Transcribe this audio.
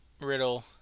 Riddle